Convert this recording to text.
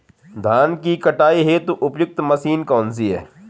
धान की कटाई हेतु उपयुक्त मशीन कौनसी है?